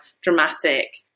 dramatic